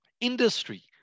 industry